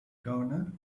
governor